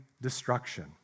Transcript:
destruction